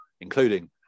including